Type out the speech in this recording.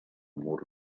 mur